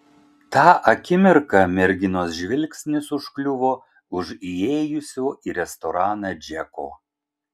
tą akimirką merginos žvilgsnis užkliuvo už įėjusio į restoraną džeko